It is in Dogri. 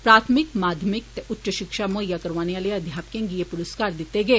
प्राथमिक माध्यमिक ते उच्च शिक्षा मुहैय्या करौआने आले अध्यापके एह् पुरुस्कार दिते गे